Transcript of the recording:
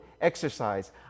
exercise